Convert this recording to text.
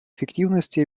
эффективности